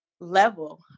level